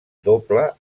doble